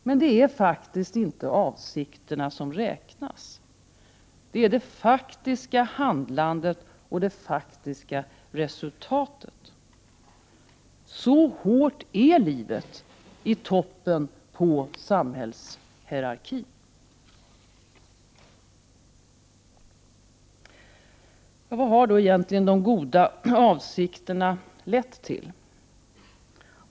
Men det är faktiskt inte avsikterna som räknas, utan det faktiska handlandet och det faktiska resultatet. Så hårt är livet i toppen på samhällshierarkin. Vad har då egentligen de goda avsikterna lett till?